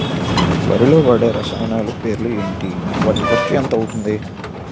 వరిలో వాడే రసాయనాలు పేర్లు ఏంటి? వాటి ఖర్చు ఎంత అవతుంది?